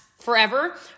forever